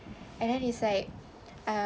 and then it's like uh